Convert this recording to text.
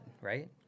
right